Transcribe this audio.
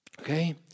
Okay